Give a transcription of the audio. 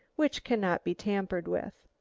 which cannot be tampered with.